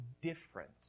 different